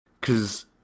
cause